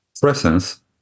presence